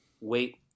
wait